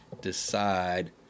decide